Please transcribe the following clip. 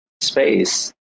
space